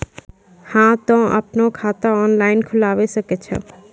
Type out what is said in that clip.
हाँ तोय आपनो खाता ऑनलाइन खोलावे सकै छौ?